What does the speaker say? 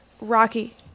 Rocky